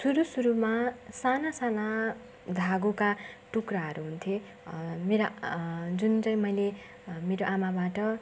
सुरु सुरुमा साना साना धागोका टुक्राहरू हुन्थे मेरा जुन चाहिँ मैले मेरो आमाबाट